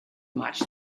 much